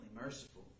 merciful